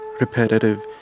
repetitive